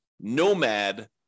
Nomad